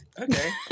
Okay